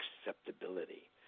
acceptability